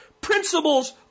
Principles